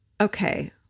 Okay